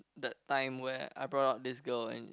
that time where I brought out this girl and